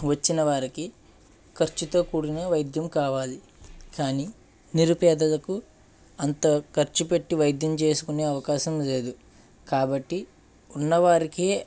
వచ్చినవారికి ఖర్చుతో కూడిన వైద్యం కావాలి కాని నిరుపేదలకు అంత ఖర్చు పెట్టి వైద్యం చేసుకునే అవకాశం లేదు కాబట్టి ఉన్నవారికే